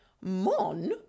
Mon